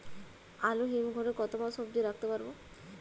আলু হিম ঘরে কতো মাস অব্দি রাখতে পারবো?